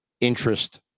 interest